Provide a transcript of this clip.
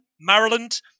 Maryland